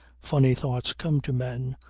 funny thoughts come to men,